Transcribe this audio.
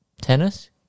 tennis